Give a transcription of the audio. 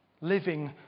Living